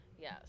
Yes